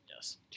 Yes